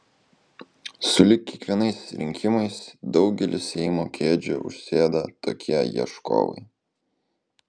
sulig kiekvienais rinkimais daugelį seimo kėdžių užsėda tokie ieškovai